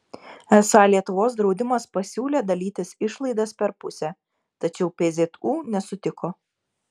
esą lietuvos draudimas pasiūlė dalytis išlaidas per pusę tačiau pzu nesutiko